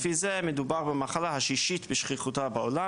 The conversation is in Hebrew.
לפי זה מדובר במחלה השישית בשכיחותה בעולם